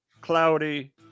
cloudy